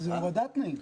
זה הורדת תנאים.